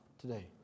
today